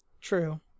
true